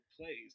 plays